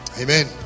Amen